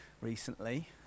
recently